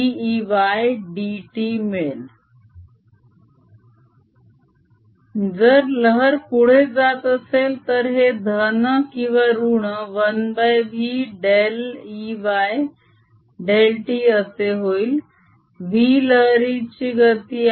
ds Bzxz BzxBz∂xxz00Ey∂txz Bz∂x00Ey∂t जर लहर पुढे जात असेल तर हे धन किंवा ऋण 1v डेल Ey डेल t असे होईल v लहरीची गती आहे